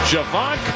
Javon